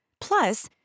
Plus